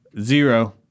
Zero